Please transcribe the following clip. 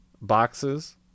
boxes